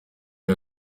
uri